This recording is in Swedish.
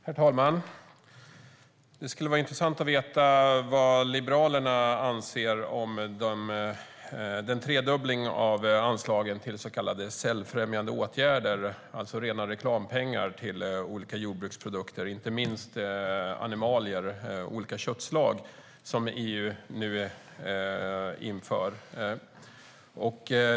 Herr talman! Det skulle vara intressant att veta vad Liberalerna anser om den tredubbling av anslagen till så kallade säljfrämjande åtgärder, alltså rena reklampengar till olika jordbruksprodukter och inte minst animalier - olika köttslag - som EU nu inför.